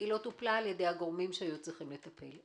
לא טופלה על-ידי הגורמים שהיו צריכים לטפל.